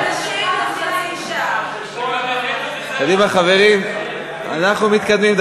קדימה, חברים, אנחנו מתקדמים.